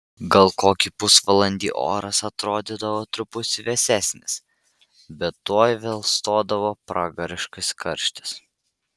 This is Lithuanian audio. gal kokį pusvalandį oras atrodydavo truputį vėsesnis bet tuoj vėl stodavo pragariškas karštis